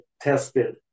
tested